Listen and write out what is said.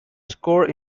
score